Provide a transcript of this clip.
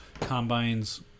combines